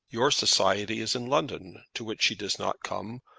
your society is in london, to which she does not come,